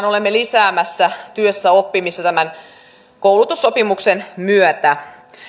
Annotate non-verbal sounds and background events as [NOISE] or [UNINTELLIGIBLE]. [UNINTELLIGIBLE] olemme lisäämässä työssäoppimista tämän koulutussopimuksen myötä